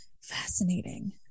fascinating